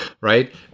right